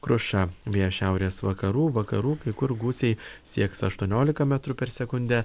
kruša vėjas šiaurės vakarų vakarų kai kur gūsiai sieks aštuonioika metrų per sekundę